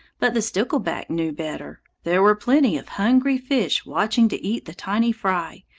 but the stickleback knew better. there were plenty of hungry fish watching to eat the tiny fry,